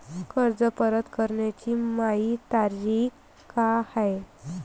कर्ज परत कराची मायी तारीख का हाय?